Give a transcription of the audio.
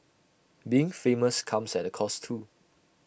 being famous comes at A cost too